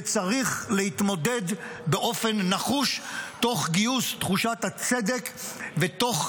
וצריך להתמודד באופן נחוש תוך גיוס תחושת הצדק ותוך